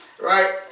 right